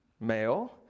male